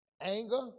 Anger